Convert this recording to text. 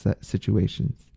situations